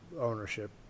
ownership